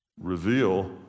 reveal